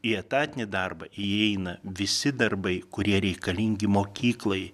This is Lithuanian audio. į etatinį darbą įeina visi darbai kurie reikalingi mokyklai